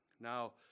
Now